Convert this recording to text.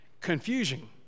confusion